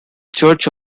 church